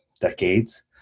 decades